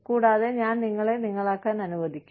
കൂടാതെ ഞാൻ നിങ്ങളെ നിങ്ങളാകാൻ അനുവദിക്കും